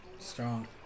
Strong